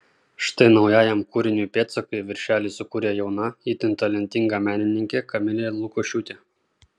štai naujajam kūriniui pėdsakai viršelį sukūrė jauna itin talentinga menininkė kamilė lukošiūtė